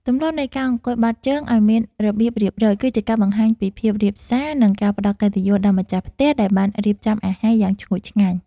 ទម្លាប់នៃការអង្គុយបត់ជើងឱ្យមានរបៀបរៀបរយគឺជាការបង្ហាញពីភាពរាបសារ និង ការផ្តល់កិត្តិយសដល់ម្ចាស់ផ្ទះដែលបានរៀបចំអាហារយ៉ាងឈ្ងុយឆ្ងាញ់។